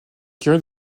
écurie